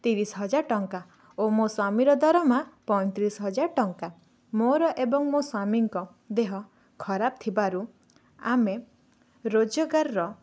ତିରିଶ ହଜାର ଟଙ୍କା ଓ ମୋ' ସ୍ୱାମୀର ଦରମା ପଇଁତିରିଶ ହଜାର ଟଙ୍କା ମୋର ଏବଂ ମୋ ସ୍ୱାମୀଙ୍କ ଦେହ ଖରାପ ଥିବାରୁ ଆମେ ରୋଜଗାରର